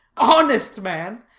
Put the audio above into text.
honest man?